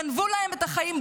גנבו להם את החיים,